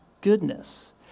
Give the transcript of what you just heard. goodness